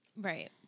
Right